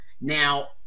Now